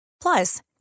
Plus